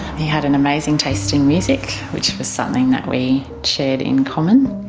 he had an amazing taste in music which was something that we shared in common.